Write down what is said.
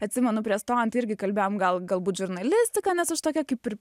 atsimenu prieš stojant irgi kalbėjom gal galbūt žurnalistiką nes aš tokia kaip ir